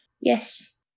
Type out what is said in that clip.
Yes